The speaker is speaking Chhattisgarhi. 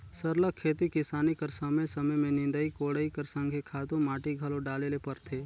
सरलग खेती किसानी कर समे समे में निंदई कोड़ई कर संघे खातू माटी घलो डाले ले परथे